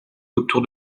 autour